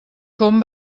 com